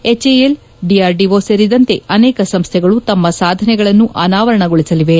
HAL DRDO ಸೇರಿದಂತೆ ಅನೇಕ ಸಂಸ್ವೆಗಳು ತಮ್ಮ ಸಾಧನೆಗಳನ್ನು ಅನಾವರಣಗೊಳಿಸಲಿವೆ